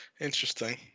interesting